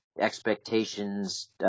expectations